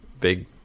big